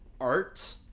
art